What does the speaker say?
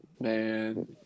man